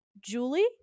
Julie